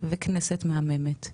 וכנסת מהממת.